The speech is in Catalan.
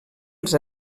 els